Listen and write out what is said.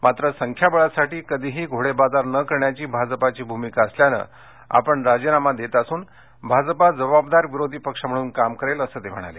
मात्र संख्याबळासाठी कधीही घोडेबाजार न करण्याची भाजपची भूमिका असल्यानं आपण राजीनामा देत असून भाजप जबाबदार विरोधी पक्ष म्हणून काम करेल असं ते म्हणाले